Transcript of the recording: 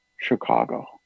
Chicago